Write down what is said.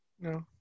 No